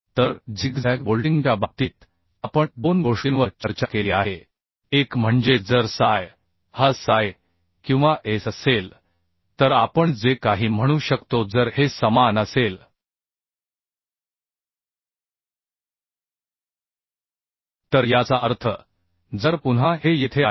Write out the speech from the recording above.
तर झिगझॅग बोल्टिंगच्या बाबतीत आपण दोन गोष्टींवर चर्चा केली आहे एक म्हणजे जर PSi हा PSI किंवा Sअसेल तर आपण जे काही म्हणू शकतो जर हे समान असेल तर याचा अर्थ जर पुन्हा हे येथे आहे